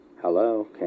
Hello